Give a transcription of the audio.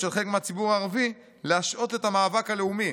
של חלק מהציבור הערבי להשעות את המאבק הלאומי.